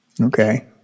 okay